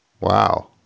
Wow